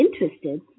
interested